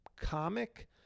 comic